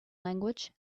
language